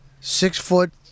six-foot